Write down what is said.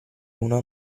una